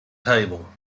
table